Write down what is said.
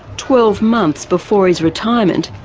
twelve months before his retirement,